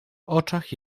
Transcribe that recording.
oczach